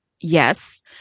yes